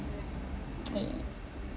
I I